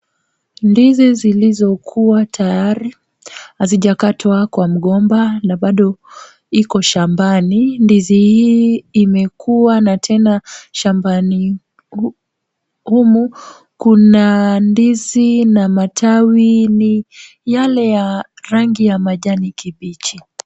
Ndizi zilizo kuwa tayari, hazijakatwa kwa mgomba, na bado iko shambani. Ndizi hii imekua na tena shambani hu humu. Kuna ndizi na matawi ni yale ya rangi ya majani kibichi.